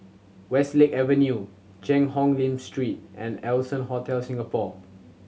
Westlake Avenue Cheang Hong Lim Street and Allson Hotel Singapore